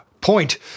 point